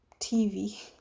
tv